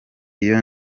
iyo